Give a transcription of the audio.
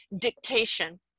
dictation